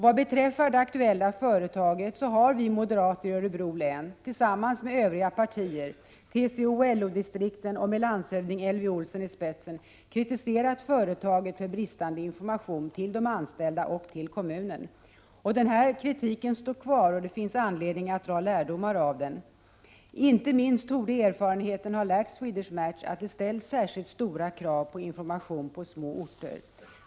Vad beträffar det aktuella företaget har vi moderater i Örebro län tillsammans med övriga partier och TCO och LO-distrikten samt med landshövding Elvy Olsson i spetsen kritiserat företaget för bristande information till de anställda och till kommunen. Den kritiken står kvar, och det finns anledning att dra lärdomar av det som skett. Inte minst torde erfarenheten ha lärt Swedish Match att det ställs särskilt stora krav på information på små orter.